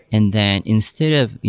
and then instead of,